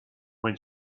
when